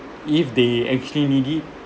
if they actually need it